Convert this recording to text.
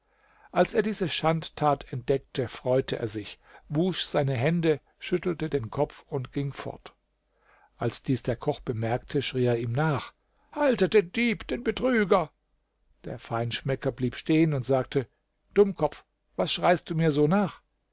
als er diese schandtat entdeckte freute er sich wusch seine hände schüttelte den kopf und ging fort als dies der koch bemerkte schrie er ihm nach haltet den dieb den betrüger der feinschmecker blieb stehen und sagte dummkopf was schreist du mir so nach